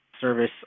service